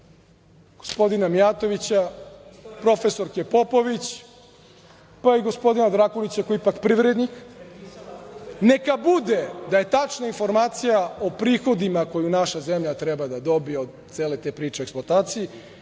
gospodina Mijatovića, profesorke Popović, pa i gospodina Drakulića, koji je ipak privrednik, neka bude da je tačna informacija o prihodima koju naša zemlja treba da dobije od cele te priče o eksploataciji,